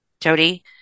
Jody